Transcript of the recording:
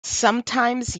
sometimes